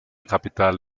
capital